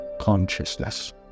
consciousness